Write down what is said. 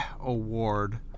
Award